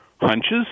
hunches